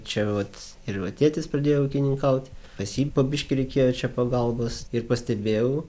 čia vat ir va tėtis pradėjo ūkininkaut pas jį po biškį reikėjo čia pagalbos ir pastebėjau